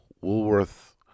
Woolworth